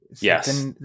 yes